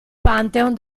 pantheon